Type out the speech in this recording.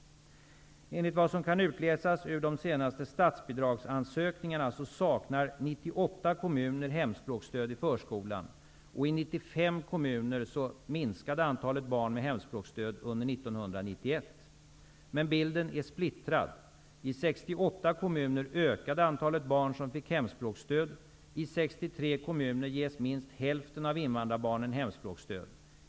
Enligt vad som kan utläsas ur de senaste statsbidragsansökningarna saknar 98 kommuner hemspråksstöd i förskolan och i 95 kommuner minskade antalet barn med hemspråksstöd under 1991. Men bilden är splittrad. I 68 kommuner ökade antalet barn som fick hemspråksstöd. I 63 kommuner ges minst hälften av invandrarbarnen hemspråksstöd.